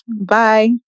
Bye